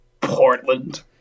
Portland